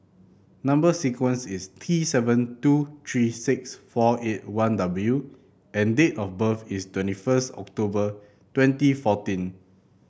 number sequence is T seven two three six four eight one W and date of birth is twenty first October twenty fourteen